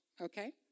Okay